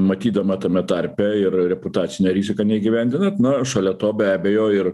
matydama tame tarpe ir reputacinę riziką neįgyvendinant na šalia to be abejo ir